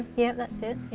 yeah that's it.